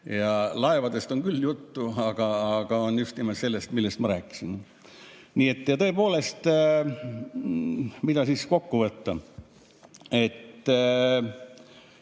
Laevadest on küll juttu, aga [juttu] on just nimelt sellest, millest ma rääkisin. Tõepoolest, mida siis kokku võtta?